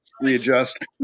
Readjust